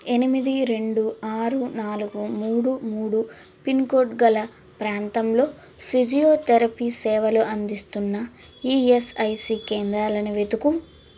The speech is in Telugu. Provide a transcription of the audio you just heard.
ఎనిమిది రెండు ఆరు నాలుగు మూడు మూడు పిన్కోడ్ గల ప్రాంతంలో ఫిజియోతెరపీ సేవలు అందిస్తున్న ఈఎస్ఐసి కేంద్రాలని వెతుకు